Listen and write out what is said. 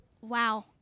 wow